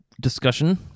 discussion